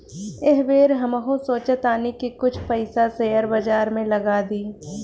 एह बेर हमहू सोचऽ तानी की कुछ पइसा शेयर बाजार में लगा दी